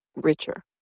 richer